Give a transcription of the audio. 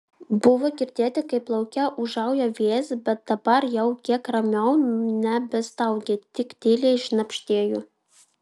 buvo girdėti kaip lauke ūžauja vėjas bet dabar jau kiek ramiau nebestaugė tik tyliai šnabždėjo